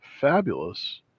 fabulous